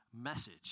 message